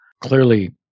clearly